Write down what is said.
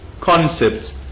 concepts